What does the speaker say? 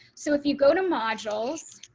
so if you go to modules.